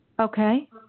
Okay